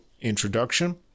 introduction